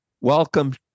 welcome